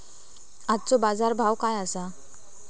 आजचो बाजार भाव काय आसा?